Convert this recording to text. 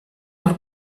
are